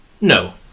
No